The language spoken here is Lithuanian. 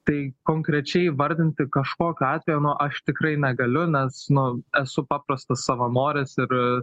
tai konkrečiai įvardinti kažkokio atvejo nu aš tikrai negaliu nes nu esu paprastas savanoris ir